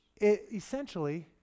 essentially